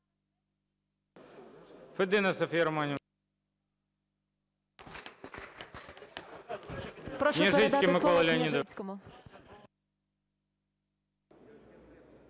Прошу передати слово Княжицькому.